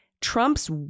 Trump's